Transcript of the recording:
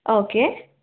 okay